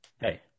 hey